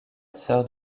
soeur